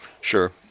Sure